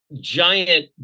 giant